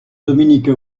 dominique